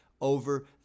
over